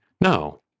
No